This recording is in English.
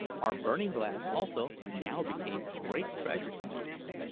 our burning-glass, also, now became a great treasure to me,